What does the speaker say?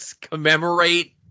commemorate